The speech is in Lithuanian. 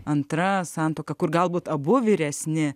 antra santuoka kur galbūt abu vyresni